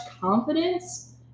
confidence